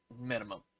minimum